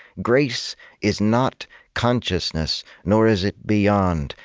grace is not consciousness, nor is it beyond.